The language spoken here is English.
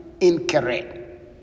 incorrect